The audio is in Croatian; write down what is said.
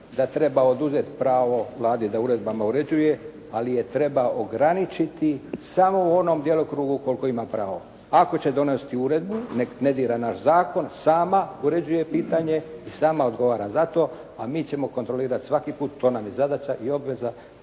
da treba oduzeti pravo Vladi da uredbama uređuje ali je treba ograničiti samo u onom djelokrugu koliko ima pravo. Ako će donositi uredbu nek ne dira naš zakon, sama uređuje pitanje i sama odgovara za to a mi ćemo kontrolirati svaki put. To nam je zadaća i obveza